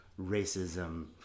racism